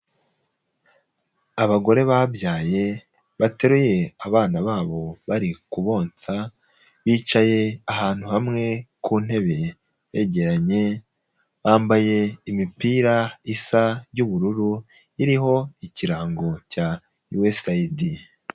Abagore babyaye bateruye abana babo bari kubonsa, bicaye ahantu hamwe ku ntebe begeranye, bambaye imipira isa y'ubururu, iriho ikirango cya USAID.